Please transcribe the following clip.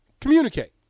communicate